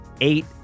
eight